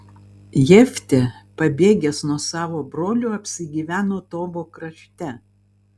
jeftė pabėgęs nuo savo brolių apsigyveno tobo krašte